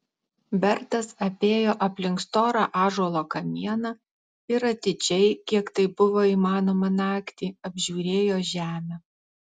bertas apėjo aplink storą ąžuolo kamieną ir atidžiai kiek tai buvo įmanoma naktį apžiūrėjo žemę